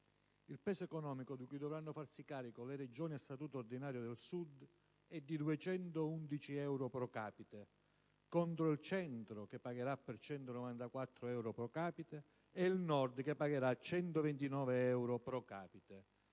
Il peso economico di cui dovranno farsi carico le Regioni a statuto ordinario del Sud è di 211 euro *pro capite*, contro il Centro, che pagherà 194 euro *pro capite*, ed il Nord, che pagherà 129 euro *pro capite*.